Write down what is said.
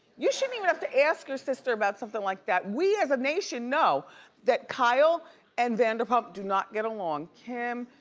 you shouldn't even have to ask your sister about somethin' like that. we as a nation know that kyle and vanderpump do not get along. kim,